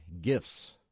gifts